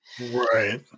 Right